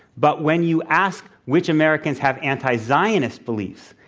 but when you ask which americans have anti-zionist beliefs,